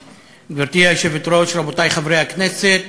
גברתי היושבת-ראש, תודה רבה, רבותי חברי הכנסת,